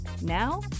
Now